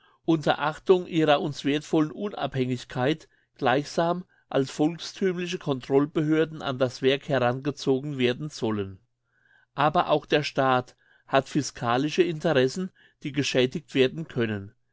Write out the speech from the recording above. ihrer uns werthvollen unabhängigkeit gleichsam als volksthümliche controlsbehörden an das werk herangezogen werden sollen aber auch der staat hat fiskalische interessen die geschädigt werden können